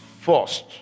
first